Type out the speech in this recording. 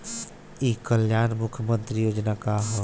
ई कल्याण मुख्य्मंत्री योजना का है?